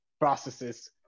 processes